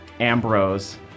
Ambrose